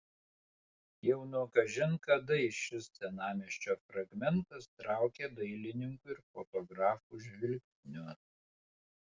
jau nuo kažin kadai šis senamiesčio fragmentas traukė dailininkų ir fotografų žvilgsnius